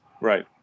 right